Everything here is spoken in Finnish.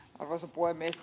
arvoisa puhemies